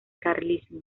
carlismo